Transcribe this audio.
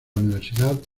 universidad